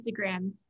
Instagram